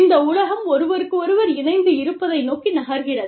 இந்த உலகம் ஒருவருக்கொருவர் இணைந்து இருப்பதை நோக்கி நகர்கிறது